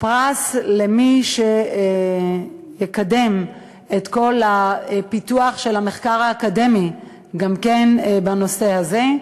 למי שיקדם את כל הפיתוח של המחקר האקדמי גם כן בנושא הזה,